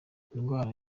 indwara